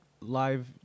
live